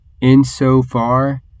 insofar